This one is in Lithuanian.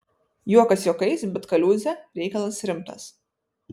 juokas juokais bet kaliūzė reikalas rimtas